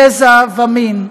גזע ומין.